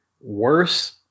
worse